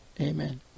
Amen